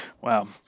Wow